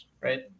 right